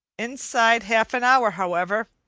inside half an hour, however,